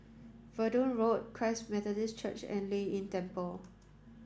Verdun Road Christ Methodist Church and Lei Yin Temple